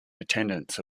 attendance